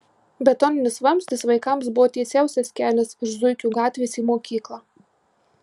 betoninis vamzdis vaikams buvo tiesiausias kelias iš zuikių gatvės į mokyklą